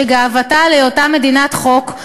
שגאוותה על היותה מדינת חוק,